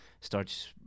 starts